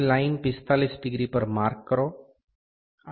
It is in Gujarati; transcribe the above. અને લાઇન 45 ડિગ્રી પર માર્ક કરો